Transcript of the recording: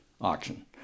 auction